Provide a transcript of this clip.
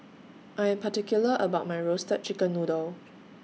I Am particular about My Roasted Chicken Noodle